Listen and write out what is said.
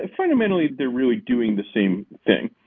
ah fundamentally, they're really doing the same thing,